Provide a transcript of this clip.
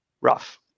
Rough